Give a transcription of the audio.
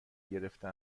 گرفته